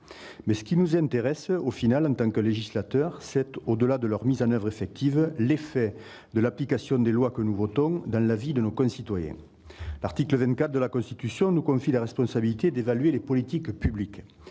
ce qui nous intéresse en tant que législateur, c'est, au-delà de leur mise en oeuvre effective, l'effet de l'application des lois que nous votons dans la vie de nos concitoyens. L'article 24 de la Constitution nous confie la responsabilité d'évaluer les politiques publiques.